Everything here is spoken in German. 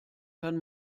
kann